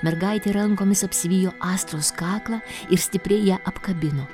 mergaitė rankomis apsivijo astos kaklą ir stipriai ją apkabino